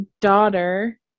daughter